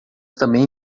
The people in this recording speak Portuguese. também